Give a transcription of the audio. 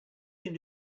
can